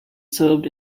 served